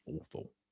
awful